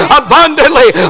abundantly